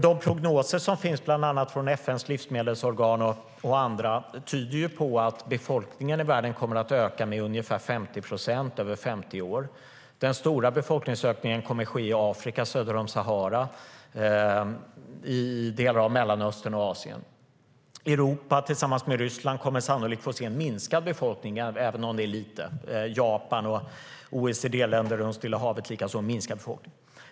De prognoser som finns bland annat från FN:s livsmedelsorgan och andra tyder på att befolkningen i världen kommer att öka med ungefär 50 procent över 50 år. Den stora befolkningsökningen kommer att ske i Afrika söder om Sahara, i delar av Mellanöstern och i Asien. Europa tillsammans med Ryssland kommer sannolikt att få se en minskad befolkning även om det är lite. Japan och OECD-länder runt Stilla havet kommer likaså att få en minskad befolkning.